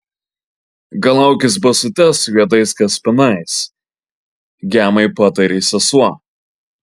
gal aukis basutes su juodais kaspinais gemai patarė sesuo